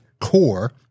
Core